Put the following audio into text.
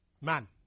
man